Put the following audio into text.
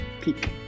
Peak